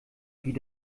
wie